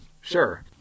Sure